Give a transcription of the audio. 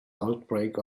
outbreak